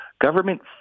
Government